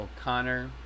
O'Connor